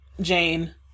Jane